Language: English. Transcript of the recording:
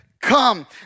Come